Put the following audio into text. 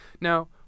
Now